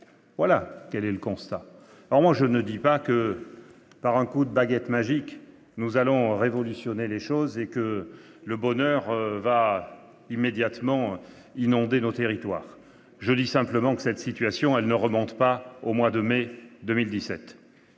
Voilà le constat. Je ne dis pas que, par un coup de baguette magique, nous allons révolutionner les choses et que le bonheur va aussitôt inonder nos territoires. Je dis simplement que cette situation ne remonte pas au mois de mai 2017.